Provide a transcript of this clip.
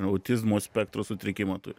autizmo spektro sutrikimą turi